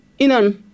Inan